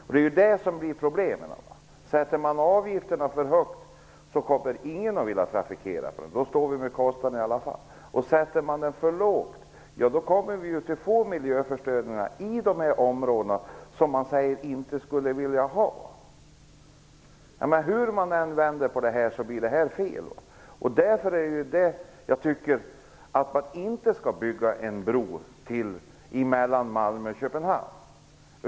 Det är ju detta som blir problem. Sätter man avgifterna för högt, kommer ingen att vilja trafikera den. Då står vi där med kostnaderna i alla fall. Sätter man avgifterna för lågt, kommer vi ju att få de miljöförstöringar som man säger att man inte vill ha i dessa områden. Hur man än vänder på detta så blir det fel. Det är därför som jag tycker att man inte skall bygga en bro mellan Malmö och Köpenhamn.